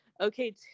okay